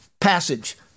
passage